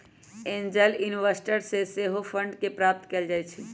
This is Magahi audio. एंजल इन्वेस्टर्स से सेहो फंड के प्राप्त कएल जाइ छइ